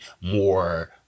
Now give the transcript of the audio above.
more